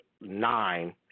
nine